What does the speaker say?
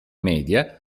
media